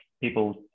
people